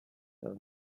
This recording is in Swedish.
över